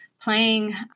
playing